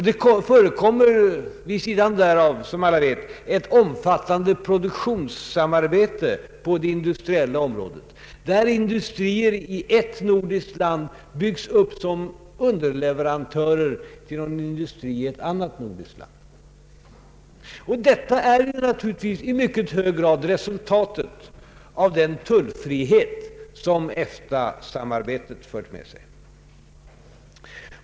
Det förekommer vid sidan därav, som alla vet, ett omfattande produktionssamarbete på det industriella området, där industrier i ett nordiskt land byggs upp som underleverantörer till någon industri i ett annat nordiskt land. Detta är naturligtvis i mycket hög grad resultatet av den tullfrihet som EFTA-samarbetet fört med sig.